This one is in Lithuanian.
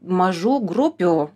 mažų grupių